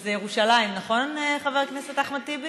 שזה ירושלים, נכון, חבר הכנסת אחמד טיבי?